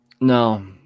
No